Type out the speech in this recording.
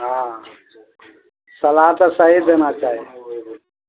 हँ सलाह तऽ सही देना चाही